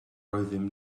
oeddym